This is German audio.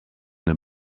der